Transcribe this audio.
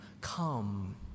Come